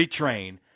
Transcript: retrain